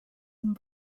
and